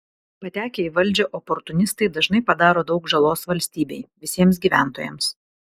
patekę į valdžią oportunistai dažnai padaro daug žalos valstybei visiems gyventojams